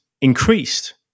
increased